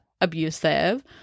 abusive